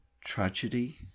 tragedy